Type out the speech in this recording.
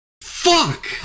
Fuck